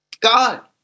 God